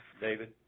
David